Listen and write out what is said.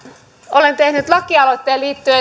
olen tehnyt lakialoitteen